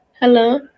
hello